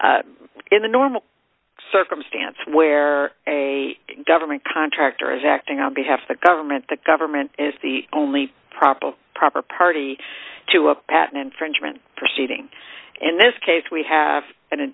is in the normal circumstance where a government contractor is acting on behalf of the government the government is the only proper proper party to a patent infringement proceeding in this case we have a